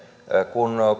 kun